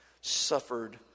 suffered